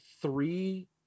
three